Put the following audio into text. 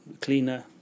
cleaner